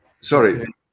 Sorry